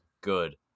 good